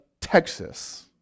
Texas